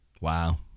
Wow